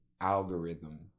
algorithm